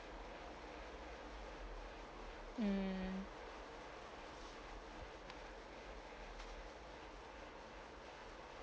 mm